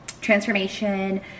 transformation